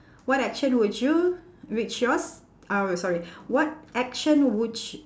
what action would you which yours uh wait sorry what action would y~